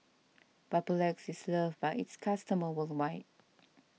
Papulex is loved by its customers worldwide